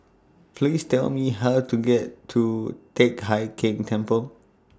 Please Tell Me How to get to Teck Hai Keng Temple